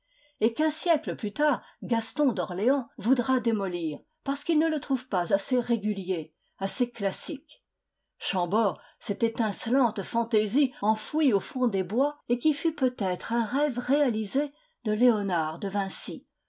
et qu'un siècle plus tard gaston d'orléans voudra démolir parce qu'il ne le trouve pas assez régulier assez classique chambord cette étincelante fantaisie enfouie au fond des bois et qui fut peutêtre un rêve réalisé de léonard de vinci